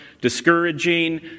discouraging